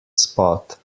spot